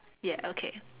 ya okay